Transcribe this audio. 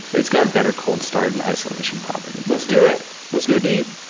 it's got a better cold start and isolation property let's do it. let's go deep.